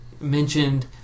mentioned